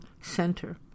center